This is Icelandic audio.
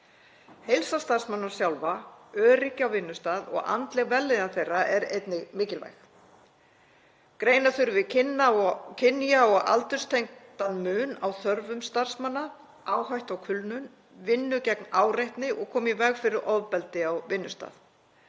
Heilsa starfsmanna sjálfra, öryggi á vinnustað og andleg vellíðan þeirra er einnig mikilvæg. Greina þurfi kynja- og aldurstengdan mun á þörfum starfsmanna, áhættu á kulnun, vinna gegn áreitni og koma í veg fyrir ofbeldi á vinnustað.